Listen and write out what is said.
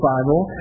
Bible